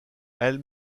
elle